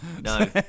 No